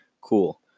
Cool